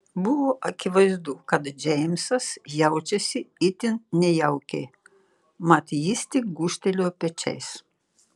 buvo akivaizdu kad džeimsas jaučiasi itin nejaukiai mat jis tik gūžtelėjo pečiais